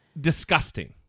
disgusting